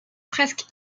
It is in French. presque